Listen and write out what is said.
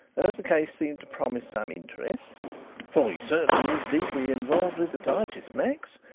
as the case seemed to promise some interest for he certainly is deeply involved with the typist, max,